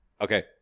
okay